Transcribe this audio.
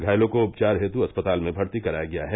घायलों को उपचार हेतु अस्पताल में भर्ती कराया गया है